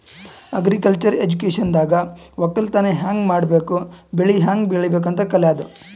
agriculture ಎಜುಕೇಶನ್ದಾಗ್ ವಕ್ಕಲತನ್ ಹ್ಯಾಂಗ್ ಮಾಡ್ಬೇಕ್ ಬೆಳಿ ಹ್ಯಾಂಗ್ ಬೆಳಿಬೇಕ್ ಅಂತ್ ಕಲ್ಯಾದು